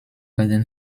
reden